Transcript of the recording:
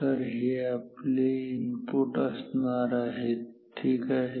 तर हे आपले इनपुट असणार आहेत ठीक आहे